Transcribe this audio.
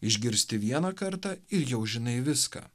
išgirsti vieną kartą ir jau žinai viską